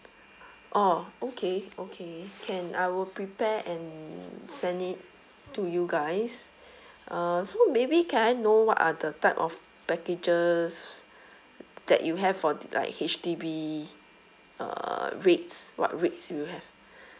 oh okay okay can I will prepare and send it to you guys uh so maybe can I know what are the type of packages that you have for like H_D_B uh rates what rates you have